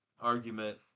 argument